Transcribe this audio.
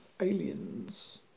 aliens